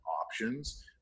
options